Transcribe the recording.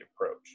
approach